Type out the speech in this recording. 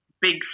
big